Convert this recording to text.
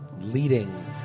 leading